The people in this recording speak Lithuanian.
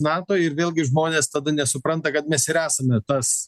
nato ir vėlgi žmonės tada nesupranta kad mes ir esame tas